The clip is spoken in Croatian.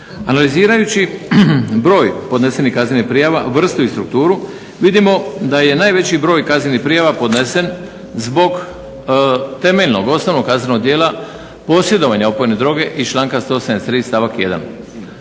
analizirajući broj podnesenih kaznenih prijava, vrstu i strukturu vidimo da je najveći broj kaznenih prijava podnesen zbog temeljnog osnovnog kaznenog djela posjedovanja opojne droge iz članka 173 stavak 1.